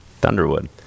thunderwood